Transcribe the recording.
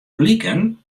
bliken